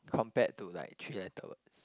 compared to like three letter words